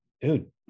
dude